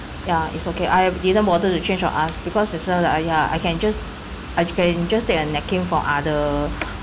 ya it's okay I didn't bother to change for us because this [one] like !aiya! I can just I can just take a napkin from other